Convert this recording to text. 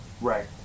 Right